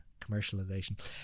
commercialization